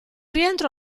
rientro